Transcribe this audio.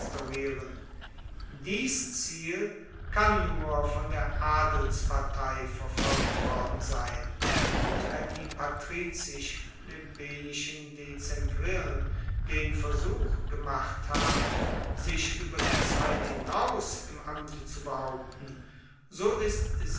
dies ziel kann nur von der adelspartei verfolgt worden sein und wenn die patrizisch plebejischen dezemvirn den versuch gemacht haben sich ueber die zeit hinaus im amte zu behaupten so ist